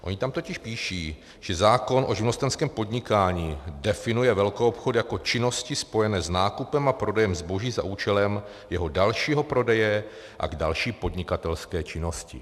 Oni tam totiž píší, že zákon o živnostenském podnikání definuje velkoobchod jako činnosti spojené s nákupem a prodejem zboží za účelem jeho dalšího prodeje a k další podnikatelské činnosti.